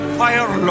fire